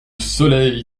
soleil